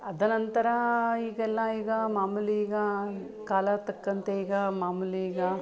ಅದ ನಂತರ ಈಗೆಲ್ಲ ಈಗ ಮಾಮುಲಿ ಈಗ ಕಾಲ ತಕ್ಕಂತೆ ಈಗ ಮಾಮುಲಿ ಈಗ